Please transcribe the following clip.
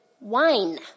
wine